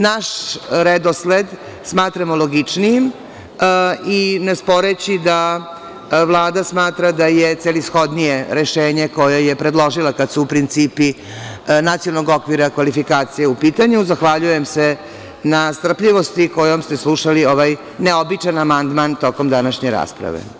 Naš redosled smatramo logičnijim i ne sporeći da Vlada smatra da je celishodnije rešenje koje je predložila, kada su principi nacionalnog okvira kvalifikacija u pitanju, zahvaljujem se na strpljivosti kojom ste slušali ovaj neobičan amandman tokom današnje rasprave.